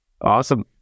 Awesome